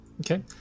Okay